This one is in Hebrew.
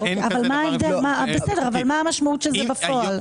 אבל מהי המשמעות של כך בפועל?